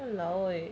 !walao! eh